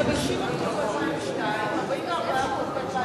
50% ב-2002, 44% ב-2003,